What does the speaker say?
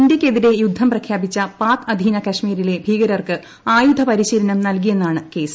ഇന്ത്യക്കെതിരെ യുദ്ധം പ്രഖ്യാപിച്ച പാക് അധീന കശ്മിരിലെ ഭീകരർക്ക് ആയുധ പരിശീലനം നൽകിയെന്നാണ് കേസ്